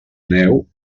neu